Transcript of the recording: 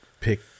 pick